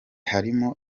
harimo